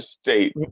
state